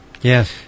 Yes